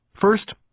First